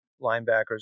linebackers